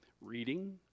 reading